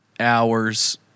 hours